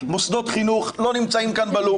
מוסדות חינוך לא נמצאים כאן בלופ,